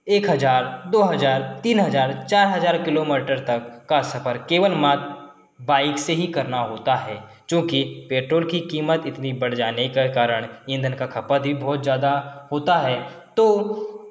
एक हज़ार दो हज़ार तीन हज़ार चार हज़ार किलोमीटर तक का सफर केवल मात्र बाइक से ही करना होता है चूँकि पेट्रोल की कीमत इतनी बढ़ जाने के कारण ईंधन का खपत ही बहुत ज़्यादा होता है तो